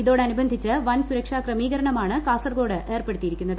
ഇതോടനുബന്ധിച്ച് വൻ സുരക്ഷാ ക്രമീകരണമാണ് കാസർകോട് ഏർപ്പെടുത്തിയിരിക്കുന്നത്